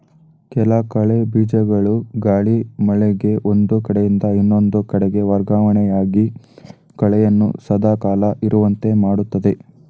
ಕೆಲ ಕಳೆ ಬೀಜಗಳು ಗಾಳಿ, ಮಳೆಗೆ ಒಂದು ಕಡೆಯಿಂದ ಇನ್ನೊಂದು ಕಡೆಗೆ ವರ್ಗವಣೆಯಾಗಿ ಕಳೆಯನ್ನು ಸದಾ ಕಾಲ ಇರುವಂತೆ ಮಾಡುತ್ತದೆ